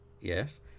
Yes